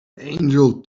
angel